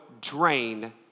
drain